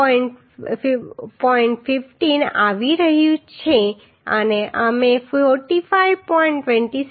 15 આવી રહી છે અને અમે 45